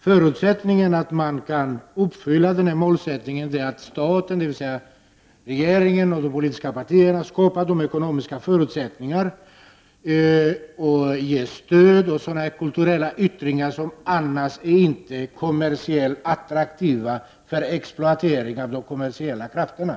För att man skall kunna uppnå detta mål måste staten, dvs. regeringen och de politiska partierna, skapa ekonomiska förutsättningar för och ge stöd till sådana kulturyttringar som annars inte är kommersiellt attraktiva för exploatering av de kommersiella krafterna.